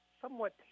somewhat